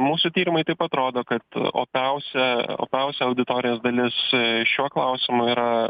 mūsų tyrimai taip pat rodo kad opiausia opiausia auditorijos dalis šiuo klausimu yra